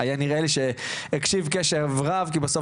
היה נדמה לי שהקשיב לדיון בקשב רב כי בסוף